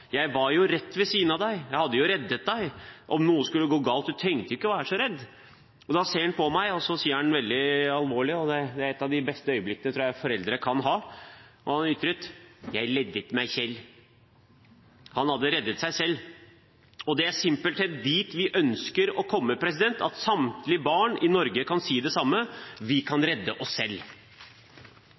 Jeg hadde jo reddet deg om noe skulle gå galt, du trengte ikke å være så redd. Da ser han på meg veldig alvorlig – og jeg tror det er et av de beste øyeblikkene foreldre kan ha – og ytret: «Jeg jeddet meg selv.» Han hadde reddet seg selv. Og det er simpelthen dit vi ønsker å komme – at samtlige barn i Norge kan si det samme: Vi kan redde oss selv!